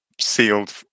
sealed